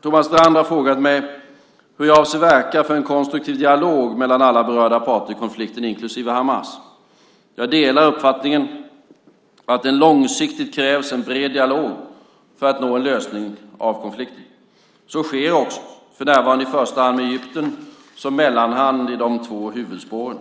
Thomas Strand har frågat mig hur jag avser att verka för en konstruktiv dialog mellan alla berörda parter i konflikten, inklusive Hamas. Jag delar uppfattningen att det långsiktigt krävs en bred dialog för att nå en lösning på konflikten. Så sker också, för närvarande i första hand med Egypten som mellanhand i de två huvudspåren.